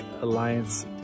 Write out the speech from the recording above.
Alliance